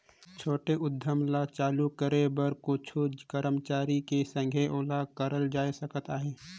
छोटे उद्यम ल चालू करे बर कुछु करमचारी के संघे ओला करल जाए सकत अहे